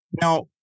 Now